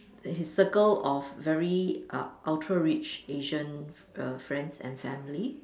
his circle of very uh Ultra rich Asians friends and family